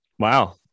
Wow